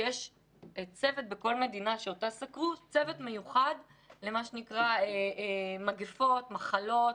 בכל מדינה שנסקרה יש צוות מיוחד למגפות ולמחלות,